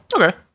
Okay